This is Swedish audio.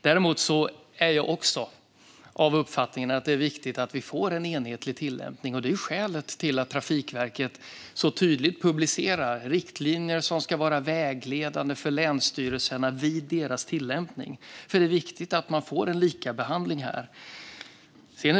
Däremot är även jag av uppfattningen att det är viktigt att vi får en enhetlig tillämpning, vilket är skälet till att Trafikverket så tydligt publicerar riktlinjer som ska vara vägledande för länsstyrelserna vid deras tillämpning. Det är ju viktigt att man får en likabehandling.